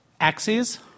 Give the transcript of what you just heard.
Axes